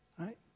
Right